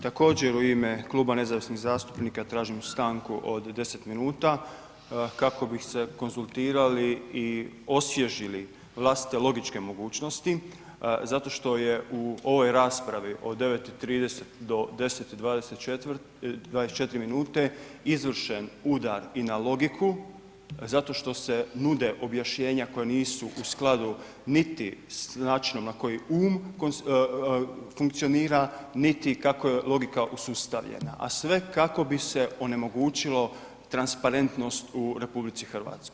Također u ime Kluba Nezavisnih zastupnika tražim stanku od 10 minuta kako bi se konzultirali i osvježili vlastite logičke mogućnosti zato što je u ovoj raspravi od 9,30 do 10 i 24 minute izvršen udar i na logiku zato što se nude objašnjenja koja nisu u skladu niti s načinom na koji um funkcionira niti kako je logika usustavljena, a sve kako bi se onemogućilo transparentnost u RH.